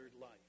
life